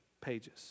pages